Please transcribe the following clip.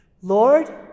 Lord